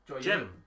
Jim